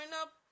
up